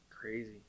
Crazy